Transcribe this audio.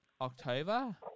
October